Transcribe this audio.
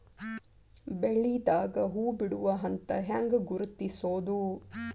ಬೆಳಿದಾಗ ಹೂ ಬಿಡುವ ಹಂತ ಹ್ಯಾಂಗ್ ಗುರುತಿಸೋದು?